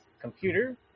computer